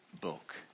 book